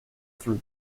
through